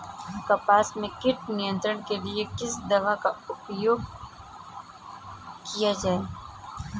कपास में कीट नियंत्रण के लिए किस दवा का प्रयोग किया जाता है?